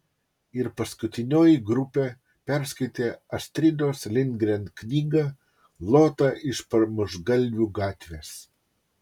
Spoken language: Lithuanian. ir paskutinioji grupė perskaitė astridos lindgren knygą lota iš pramuštgalvių gatvės